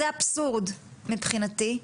זה אבסורד מבחינתי.